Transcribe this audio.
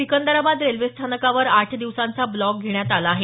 Secunderabad railway स्थानकावर आठ दिवसांचा ब्लॉक घेण्यात आला आहे